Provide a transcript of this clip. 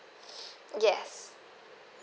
yes